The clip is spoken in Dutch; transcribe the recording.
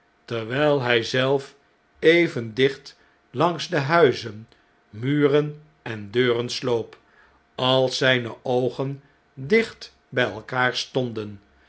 terwjjl hij zelf even dicht langs de huizen muren en deuren sloop als zn'ne oogen dicht by elkaar stonden